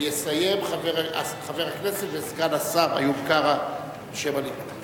יסיים חבר הכנסת וסגן השר איוב קרא, בשם הליכוד.